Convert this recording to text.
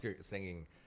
singing